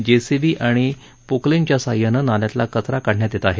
JCB आणि पोकलेनच्या सहाय्यानं नाल्यांतला कचरा काढण्यात येत आहे